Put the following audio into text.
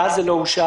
ואז זה לא אושר,